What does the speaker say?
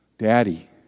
Daddy